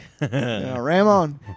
Ramon